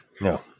No